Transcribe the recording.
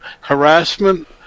harassment